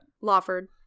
Lawford